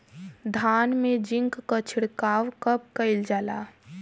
धान में जिंक क छिड़काव कब कइल जाला?